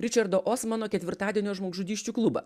ričardo osmano ketvirtadienio žmogžudysčių klubą